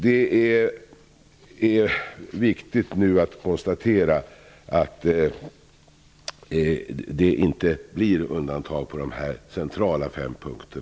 Det är viktigt att nu konstatera att vi inte får undantag på dessa fem centrala punkter.